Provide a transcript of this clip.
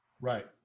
right